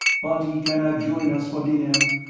but he cannot join us for dinner.